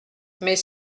mais